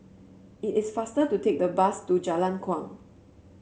it is faster to take the bus to Jalan Kuang